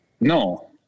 No